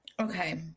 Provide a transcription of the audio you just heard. Okay